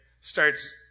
starts